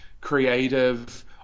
creative